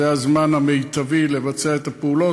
זה הזמן המיטבי לבצע את הפעולות.